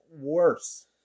worse